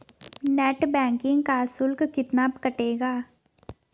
Net banking का शुल्क कितना कटेगा?